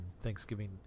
Thanksgiving